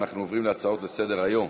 אנחנו עוברים להצעות לסדר-היום.